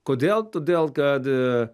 kodėl todėl kad